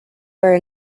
were